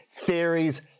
Theories